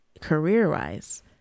career-wise